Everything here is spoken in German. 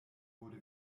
wurde